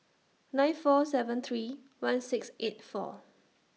nine four seven three one six eight four